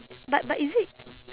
but but is it